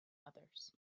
others